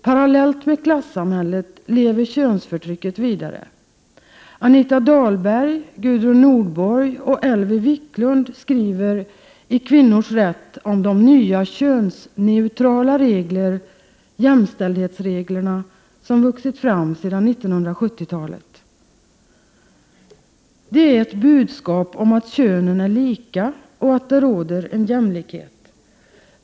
Parallellt med klassamhället lever könsförtrycket vidare. Anita Dahlberg, Gudrun Nordborg och Elvy Wicklund skriver i Kvinnors rätt om de nya könsneutrala regler, jämställdhetsreglerna, som vuxit fram sedan 1970-talet: — De är ett budskap om att könen är lika och att det råder en jämlikhet.